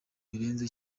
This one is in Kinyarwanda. birenze